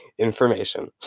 information